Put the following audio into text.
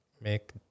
make